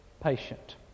patient